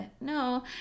no